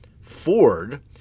Ford